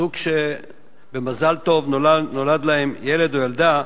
זוג שבמזל טוב נולד להם ילד או ילדה,